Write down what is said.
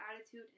attitude